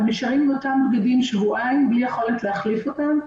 הם נשארים עם אותם בגדים שבועיים בלי יכולת להחליף אותם.